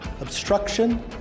obstruction